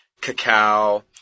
cacao